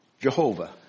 Jehovah